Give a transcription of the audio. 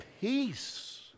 peace